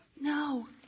No